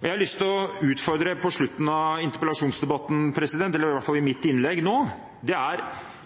Jeg har på slutten av interpellasjonsdebatten – eller i hvert fall i mitt innlegg nå – lyst til å utfordre: